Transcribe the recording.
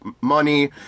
money